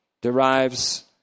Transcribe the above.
derives